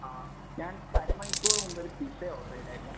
ആ ഞാൻ അര മണിക്കൂറ് മുമ്പ് ഒര് പിസ്സ ഓർഡറ് ചെയ്തായിരുന്നു